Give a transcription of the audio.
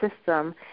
system